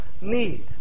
need